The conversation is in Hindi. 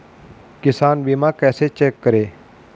किसान बीमा कैसे चेक करें?